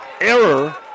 error